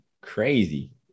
crazy